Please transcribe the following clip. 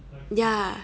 ya